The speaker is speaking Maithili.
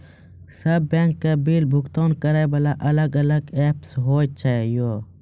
सब बैंक के बिल भुगतान करे वाला अलग अलग ऐप्स होय छै यो?